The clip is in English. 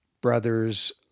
brothers